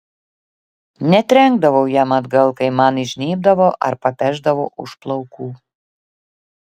netrenkdavau jam atgal kai man įžnybdavo ar papešdavo už plaukų